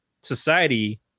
society